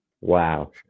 Wow